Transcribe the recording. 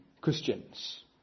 Christians